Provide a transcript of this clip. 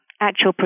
actual